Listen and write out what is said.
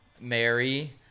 Mary